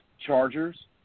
Chargers